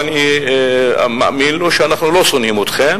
ואני מאמין לו: אנחנו לא שונאים אתכם